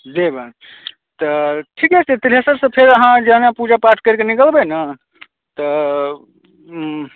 जेबन तऽ ठीके छै टिनेसरसॅं फेर अहाँ ज़हन पूजा पाठ क़रिक निकलबै ने तऽ